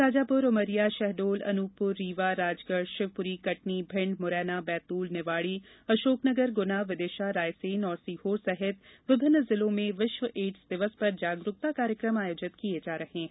शाजापुर उमरिया शहडोल अनूपपुर रीवा राजगढ़ शिवपुरी कटनी भिण्ड मुरैना बैतूल निवाड़ी अशोकनगर गुना विदिशा रायसेन और सीहोर सहित विभिन्न जिलों में विश्व एड्स दिवस पर जागरुकता कार्यक्रम आयोजित किये जा रहे हैं